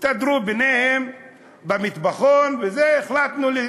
הסתדרו ביניהם במטבחון וזה, החלטנו.